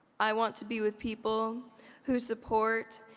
i want to be with people who support,